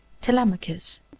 Telemachus